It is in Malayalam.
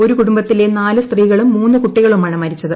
ഒരൂ കുടുംബത്തിലെ നാല് സ്ത്രീകളും മൂന്ന് കുട്ടികളുമാണ് മരിച്ചത്